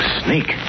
snake